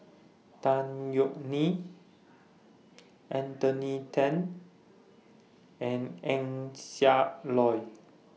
Tan Yeok Nee Anthony Then and Eng Siak Loy